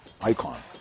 icon